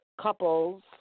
couples